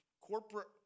corporate